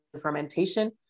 fermentation